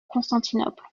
constantinople